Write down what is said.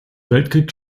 weltkrieg